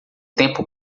tempo